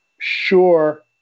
sure